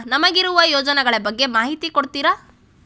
ನಮಗಿರುವ ಯೋಜನೆಗಳ ಬಗ್ಗೆ ಮಾಹಿತಿ ಕೊಡ್ತೀರಾ?